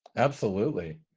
absolutely.